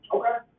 Okay